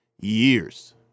years